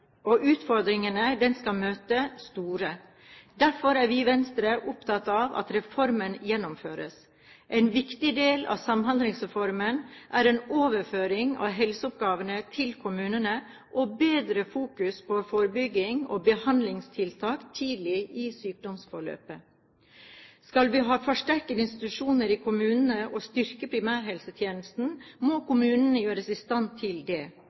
og utfordringene den skal møte, store. Derfor er vi i Venstre opptatt av at reformen gjennomføres. En viktig del av Samhandlingsreformen er en overføring av helseoppgavene til kommunene, og bedre fokus på forebygging og behandlingstiltak tidlig i sykdomsforløpet. Skal vi ha forsterkede institusjoner i kommunene og styrke primærhelsetjenesten, må kommunene gjøres i stand til det.